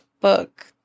book